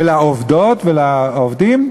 ולעובדות ולעובדים?